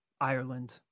ireland